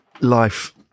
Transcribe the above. life